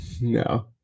no